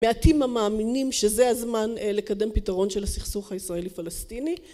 מעטים המאמינים שזה הזמן לקדם פתרון של הסכסוך הישראלי פלסטיני